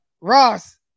Ross